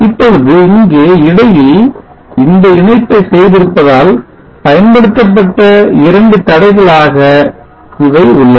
இப்பொழுது இங்கே இடையில் அந்த இணைப்பை செய்திருப்பதால் பயன்படுத்தப்பட்ட 2 தடைகளாக இவை உள்ளன